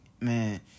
man